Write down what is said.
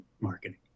marketing